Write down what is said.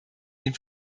den